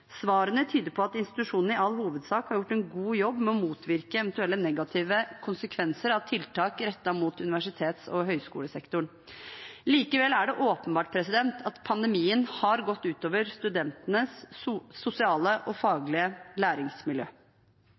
Svarene tyder på at institusjonene i all hovedsak har gjort en god jobb med å motvirke eventuelle negative konsekvenser av tiltak rettet mot universitets- og høyskolesektoren. Likevel er det åpenbart at pandemien har gått ut over studentenes sosiale og faglige læringsmiljø.